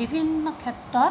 বিভিন্ন ক্ষেত্ৰত